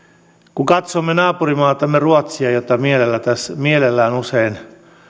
kun katsomme naapurimaatamme ruotsia jota mielellämme usein